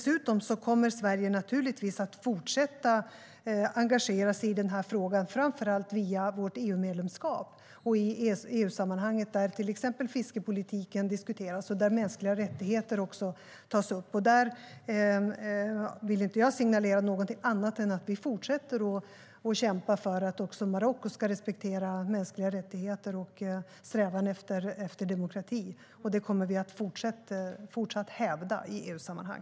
Sverige kommer naturligtvis att fortsätta att engagera sig i frågan, framför allt via vårt EU-medlemskap, i det EU-sammanhang där till exempel fiskepolitiken diskuteras och där mänskliga rättigheter tas upp. Där vill jag inte signalera någonting annat än att vi fortsätter att kämpa för att också Marocko ska respektera mänskliga rättigheter och strävan efter demokrati. Det kommer vi att fortsätta att hävda i EU-sammanhang.